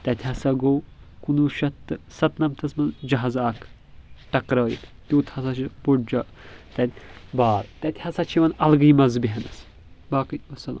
تتہِ ہسا گوٚو کُنوُہ شیٚتھ تہٕ ستھ نمتس منٛز جہازٕ اکھ ٹکرٲیِتھ تیوٗت ہسا چھُ بوٚڑ جا تتہِ بال تتہِ ہسا چھُ یِوان الگٕے مزٕ بیہنس باقٕے وسلام